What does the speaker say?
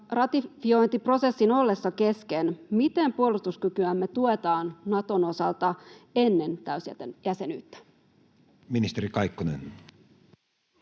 ratifiointiprosessin ollessa kesken: miten puolustuskykyämme tuetaan Naton osalta ennen täysjäsenyyttä? Ministeri Kaikkonen.